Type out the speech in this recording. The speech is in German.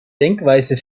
denkweise